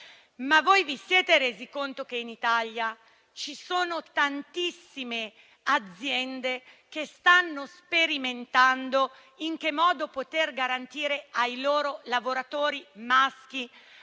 se ci si è resi conto che in Italia ci sono tantissime aziende che stanno sperimentando in che modo poter garantire ai loro lavoratori maschi